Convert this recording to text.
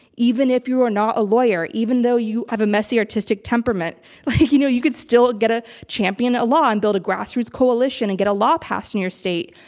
even if you are not a lawyer, even though you have a messy artistic temperament, like you know, you could still get a champion, a a law and build a grassroots coalition and get a law passed in your state.